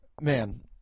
man